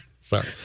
Sorry